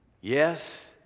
yes